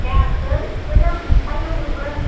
जायाखै बिदिनो बिखायो बयबो